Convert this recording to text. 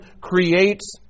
creates